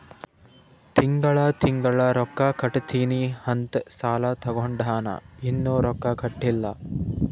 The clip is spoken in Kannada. ತಿಂಗಳಾ ತಿಂಗಳಾ ರೊಕ್ಕಾ ಕಟ್ಟತ್ತಿನಿ ಅಂತ್ ಸಾಲಾ ತೊಂಡಾನ, ಇನ್ನಾ ರೊಕ್ಕಾ ಕಟ್ಟಿಲ್ಲಾ